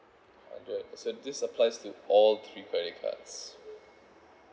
so this applies to all three credit cards